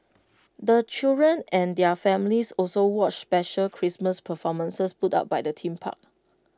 the children and their families also watched special Christmas performances put up by the theme park